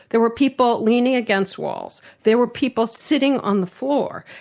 there were people leaning against walls. there were people sitting on the floor.